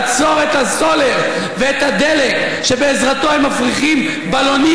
לעצור את הסולר ואת הדלק שבעזרתו הם מפריחים בלונים